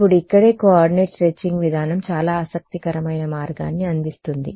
ఇప్పుడు ఇక్కడే coordinate stretching విధానం చాలా ఆసక్తికరమైన మార్గాన్ని అందిస్తుంది